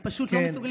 הם פשוט לא מסוגלים,